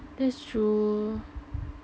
that's true